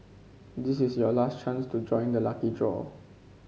this is your last chance to join the lucky draw